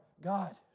God